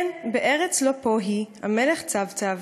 // כן, בארץ לאפוהי, המלך צב-צב,